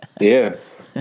yes